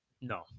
No